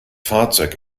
fahrzeug